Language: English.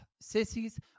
Sissies